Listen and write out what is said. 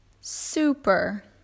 super